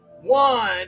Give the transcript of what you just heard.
one